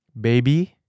Baby